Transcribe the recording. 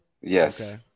Yes